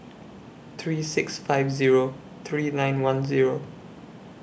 three six five Zero three nine one Zero